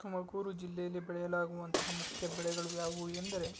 ತುಮಕೂರು ಜಿಲ್ಲೆಯಲ್ಲಿ ಬೆಳೆಯಲಾಗುವಂತಹ ಮುಖ್ಯ ಬೆಳೆಗಳು ಯಾವುವು ಎಂದರೆ